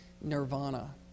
nirvana